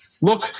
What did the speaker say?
look